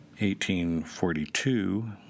1842